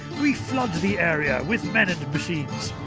we flood the area with men and machines.